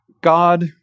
God